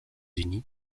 unis